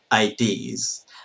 IDs